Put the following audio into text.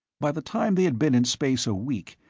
by the time they had been in space a week,